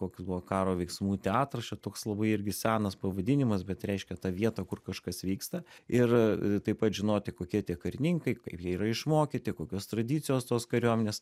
koks buvo karo veiksmų teatras čia toks labai irgi senas pavadinimas bet reiškia tą vietą kur kažkas vyksta ir taip pat žinoti kokie tie karininkai kaip jie yra išmokyti kokios tradicijos tos kariuomenės